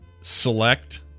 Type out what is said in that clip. select